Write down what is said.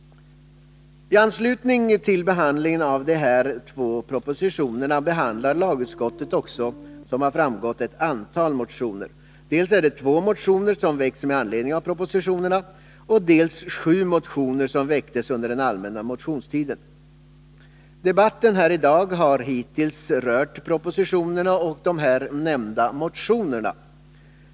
I anslutning till behandingen av de här två propositionerna behandlar lagutskottet också ett antal motioner, dels de två motioner som har väckts med anledning av propositionerna, dels sju motioner som väcktes under den allmänna motionstiden. Debatten i dag har hittills rört propositionerna och de nämnda motionerna.